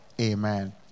Amen